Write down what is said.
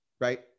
right